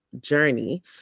Journey